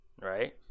right